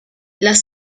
las